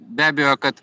be abejo kad